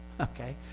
okay